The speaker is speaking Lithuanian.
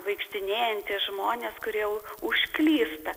vaikštinėjantys žmonės kurie jau užklysta